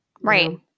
Right